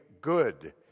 good